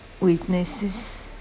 witnesses